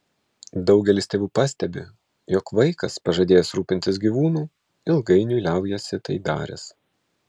daugelis tėvų pastebi jog vaikas pažadėjęs rūpintis gyvūnu ilgainiui liaujasi tai daręs